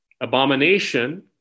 Abomination